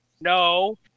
no